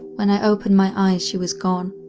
when i opened my eyes she was gone.